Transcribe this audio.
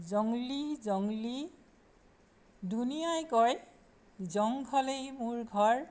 জংলি জংলি ধুনীয়াই কয় জংঘলেই মোৰ ঘৰ